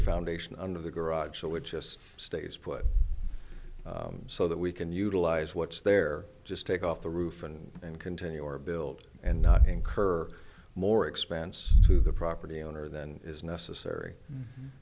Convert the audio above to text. a foundation under the garage which just stays put so that we can utilize what's there just take off the roof and then continue or build and not incur more expense to the property owner than is necessary